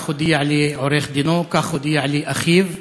כך הודיע לי עורך-דינו, כך הודיע לי אחיו.